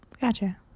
Gotcha